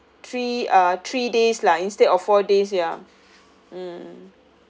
three uh three days lah instead of four days ya